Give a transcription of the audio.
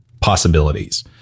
possibilities